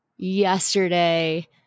Yesterday